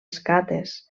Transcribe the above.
escates